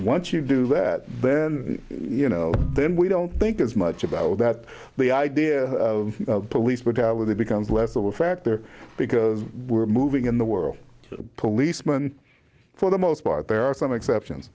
once you do that then you know then we don't think as much about that the idea police but when it becomes less of a factor because we're moving in the world policeman for the most part there are some exceptions